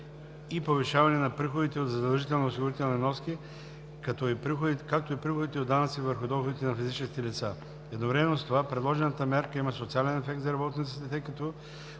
и повишаване на приходите от задължителни осигурителни вноски, като и приходите от данъци върху доходите на физическите лица. Едновременно с това предложената мярка има социален ефект за работниците, тъй като